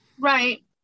right